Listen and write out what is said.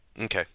Okay